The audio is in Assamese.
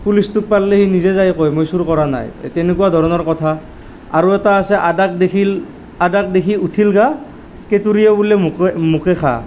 পুলিচটোক পালেই সি নিজে যাই কয় মই চুৰ কৰা নাই এই তেনেকুৱা ধৰণৰ কথা আৰু এটা আছে আদাক দেখিল আদাক দেখি উঠিল গা কেতুৰিয়েও বোলে মোকে মোকেই খা